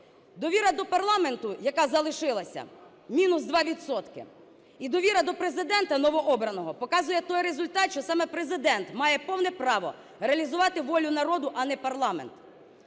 Довіра до парламенту, яка залишилася, – мінус 2 відсотки. І довіра до Президента новообраного показує той результат, що саме Президент має повне право реалізувати волю народу, а не парламент.